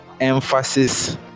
emphasis